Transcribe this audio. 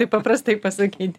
taip paprastai pasakyti